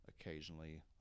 occasionally